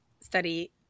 study